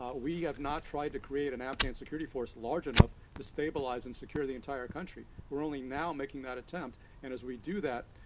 ah we have not tried to create an afghan security force large enough to stabilize and secure the entire country. we're only now making that attempt. and as we do that,